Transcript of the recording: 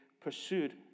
pursued